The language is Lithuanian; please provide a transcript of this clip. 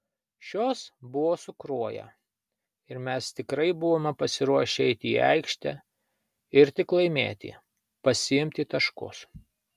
šios buvo su kruoja ir mes tikrai buvome pasiruošę eiti į aikštę ir tik laimėti pasiimti taškus